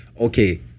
Okay